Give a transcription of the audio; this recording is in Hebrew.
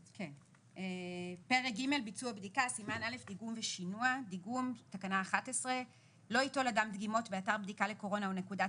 11. לא ייטול אדם דגימות באתר בדיקה לקורונה או נקודת